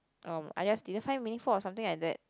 um I just didn't find it meaningful or something like that